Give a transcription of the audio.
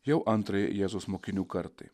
jau antrajai jėzaus mokinių kartai